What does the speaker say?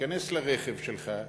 תיכנס לרכב שלך,